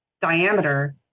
diameter